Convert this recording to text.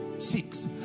six